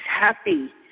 happy